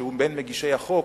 שהוא בין מגישי החוק,